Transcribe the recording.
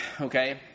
okay